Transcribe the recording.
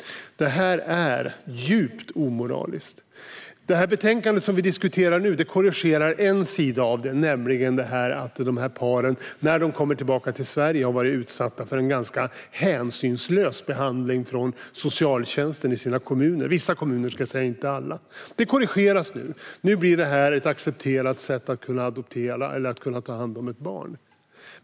Det är djupt omoraliskt. Betänkandet som vi diskuterar nu korrigerar en sida av det, nämligen det att de här paren när de har kommit tillbaka till Sverige har blivit utsatta för en ganska hänsynslös behandling från socialtjänsten i sina kommuner. Jag ska tillägga att det har varit så i vissa kommuner men inte i alla. Det korrigeras, för nu blir det här ett accepterat sätt att kunna ta hand om ett barn.